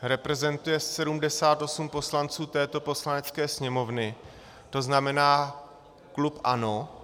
Reprezentuje 78 poslanců této Poslanecké sněmovny, to znamená klub ANO.